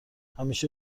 همش